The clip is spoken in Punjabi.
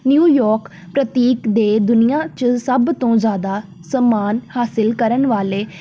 ਨਿਊਯੋਕ ਪ੍ਰਤੀਕ ਦੇ ਦੁਨੀਆਂ 'ਚ ਸਭ ਤੋਂ ਜ਼ਿਆਦਾ ਸਮਾਨ ਹਾਸਿਲ ਕਰਨ ਵਾਲੇ